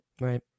Right